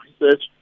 Research